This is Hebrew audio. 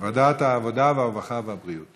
להעביר את הנושא לוועדת העבודה, הרווחה והבריאות